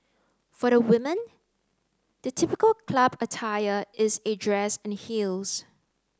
for the women the typical club attire is a dress and heels